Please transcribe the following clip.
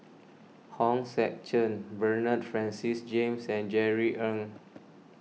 Hong Sek Chern Bernard Francis James and Jerry Ng